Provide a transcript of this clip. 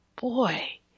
boy